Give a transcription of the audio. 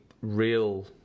real